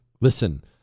Listen